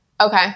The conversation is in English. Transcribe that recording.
Okay